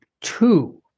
two